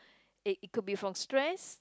eh it could be from stress